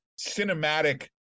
cinematic